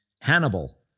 Hannibal